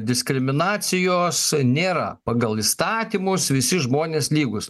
diskriminacijos nėra pagal įstatymus visi žmonės lygūs